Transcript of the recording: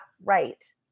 right